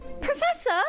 Professor